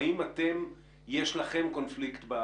האם גם כאן יש לכם קונפליקט?